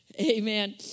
Amen